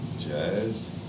jazz